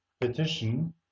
petition